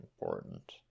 important